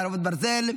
חרבות ברזל)